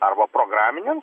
arba programiniam